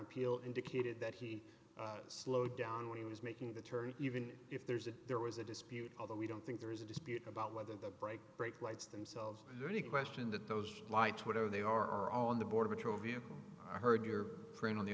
appeal indicated that he slowed down when he was making the turn even if there's a there was a dispute although we don't think there is a dispute about whether the break brake lights themselves or any question that those lights whatever they are on the border patrol vehicle i heard your friend on the